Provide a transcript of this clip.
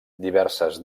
diverses